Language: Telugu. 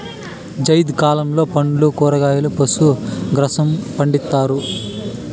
జైద్ కాలంలో పండ్లు, కూరగాయలు, పశు గ్రాసంను పండిత్తారు